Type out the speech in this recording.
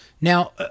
now